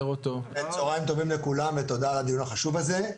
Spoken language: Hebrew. צוהריים טובים לכולם ותודה על הדיון החשוב הזה.